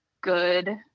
good